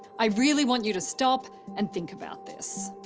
i really want you to stop and think about this.